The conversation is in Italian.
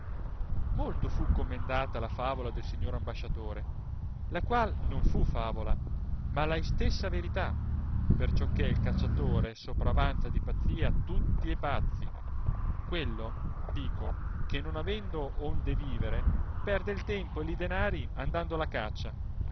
molto fu commendata la favola del signor ambasciatore la qual non fu favola ma la istessa verità perciò che il cacciatore sopravanza di pazzia tutti e pazzi quello dico che non avendo onde vivere perde il tempo e li danari andando alla caccia